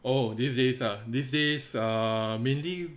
oh these days ah these days ugh mainly